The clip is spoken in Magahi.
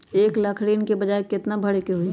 एक लाख ऋन के ब्याज केतना भरे के होई?